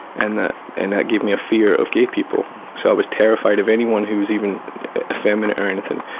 and that and that gave me a fear of gay people, so i was terrified of anyone who was even effeminate or anything.